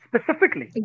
Specifically